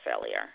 failure